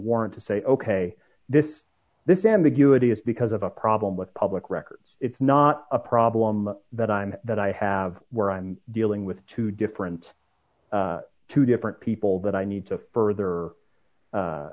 warrant to say ok this this ambiguity is because of a problem with public records it's not a problem that i know that i have where i'm dealing with two different two different people that i need to further